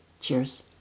Cheers